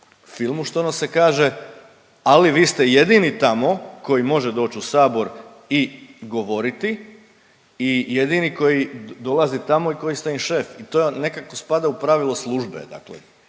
filmu štono se kaže, ali vi ste jedini tamo koji može doći u sabor i govoriti i jedini koji dolazi tamo i koji ste im šef i to je nekako spada u pravilo službe,